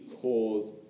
cause